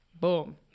boom